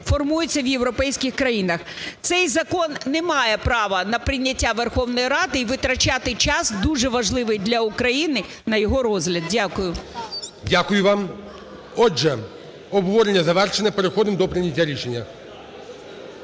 формується в європейських країнах. Цей закон не має права на прийняття Верховної Ради і витрачати час, дуже важливий для України, на його розгляд. Дякую. ГОЛОВУЮЧИЙ. Дякую вам. Отже, обговорення завершено. Переходимо до прийняття рішення.